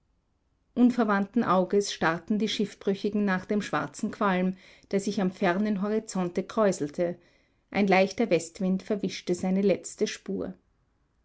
unverwandten auges starrten die schiffbrüchigen nach dem schwarzen qualm der sich am fernen horizonte kräuselte ein leichter westwind verwischte seine letzte spur